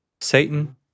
Satan